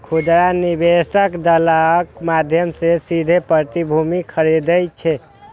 खुदरा निवेशक दलालक माध्यम सं सीधे प्रतिभूति खरीदै छै